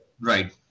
Right